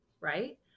right